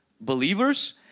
believers